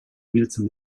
biltzen